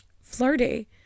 flirty